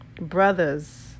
brothers